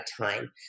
time